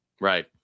right